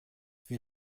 wir